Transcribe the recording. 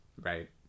right